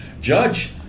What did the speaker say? Judge